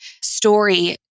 story